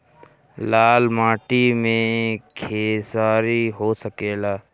लाल माटी मे खेसारी हो सकेला?